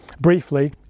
briefly